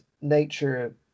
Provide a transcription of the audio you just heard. nature